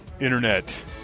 internet